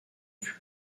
fut